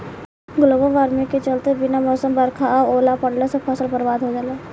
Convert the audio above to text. global warming के चलते बिना मौसम बरखा आ ओला पड़ला से फसल बरबाद हो जाला